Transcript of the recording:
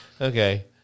Okay